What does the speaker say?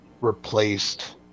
replaced